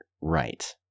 right